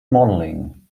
modeling